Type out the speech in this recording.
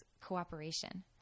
cooperation